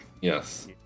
Yes